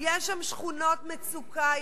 יש שם שכונות מצוקה,